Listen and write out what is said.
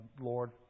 Lord